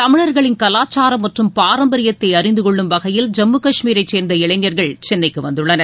தமிழர்களின் கலாச்சாரம் மற்றும் பாரம்பரியத்தை அறிந்து கொள்ளும் வகையில் ஜம்மு காஷ்மீரைச் சேர்ந்த இளைஞர்கள் சென்னைக்கு வந்துள்ளனர்